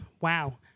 wow